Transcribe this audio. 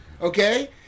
okay